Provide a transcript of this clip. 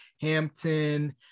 hampton